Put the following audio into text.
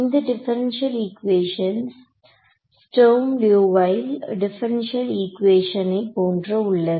இந்த differential equation Sturm Liouville differential ஈக்குவேசனை போன்று உள்ளது